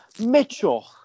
Mitchell